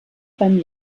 beim